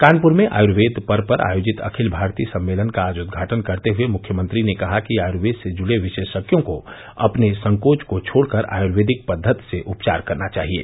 कानप्र में आयुर्वेद पर्व पर आयोजित अखिल भारतीय सम्मेलन का आज उद्घाटन करते हए मुख्यमंत्री ने कहा कि आयूर्वेद से जूड़े विशेषज्ञों को अपने संकोच को छोड़ कर आयूर्वेदिक पद्वति से उपचार करना चाहिये